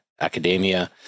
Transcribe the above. academia